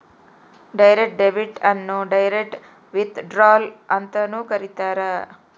direct debit ಅನ್ನು direct withdrawal ಅಂತನೂ ಕರೀತಾರ